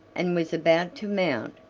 and was about to mount,